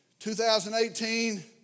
2018